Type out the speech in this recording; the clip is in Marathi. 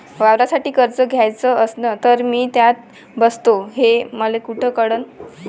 वावरासाठी कर्ज घ्याचं असन तर मी त्यात बसतो हे मले कुठ कळन?